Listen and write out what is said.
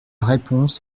réponse